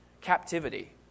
Captivity